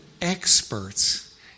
experts